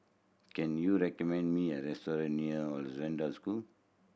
can you recommend me a restaurant near Hollandse School